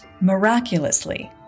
miraculously